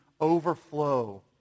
overflow